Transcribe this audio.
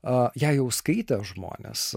ją jau skaitę žmonės